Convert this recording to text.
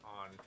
on